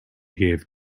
gave